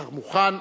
השר מוכן.